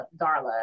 Darla